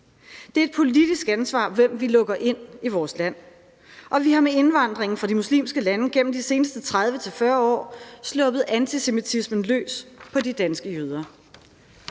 Det er et politisk ansvar, hvem vi lukker ind i vores land, og vi har med indvandringen fra de muslimske lande gennem de seneste 30-40 år sluppet antisemitismen løs på de danske jøder.